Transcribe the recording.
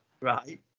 right